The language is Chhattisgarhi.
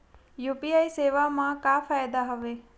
यू.पी.आई सेवा मा का फ़ायदा हवे?